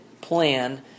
plan